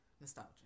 Nostalgia